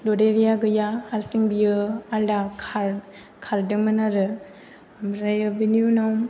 ददेरेआ गैया हारसिं बियो आलादा खारदोंमोन आरो ओमफ्रायो बिनि उनाव